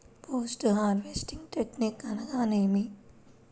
Post harvesting technique అనగా నేమి?